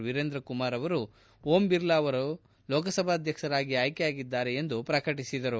ವೀರೇಂದ್ರ ಕುಮಾರ್ ಅವರು ಓಂ ಬಿರ್ಲಾ ಅವರು ಲೋಕಸಭಾಧ್ಯಕ್ಷರಾಗಿ ಆಯ್ಕೆಯಾಗಿದ್ದಾರೆ ಎಂದು ಘೋಷಿಸಿದರು